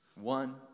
one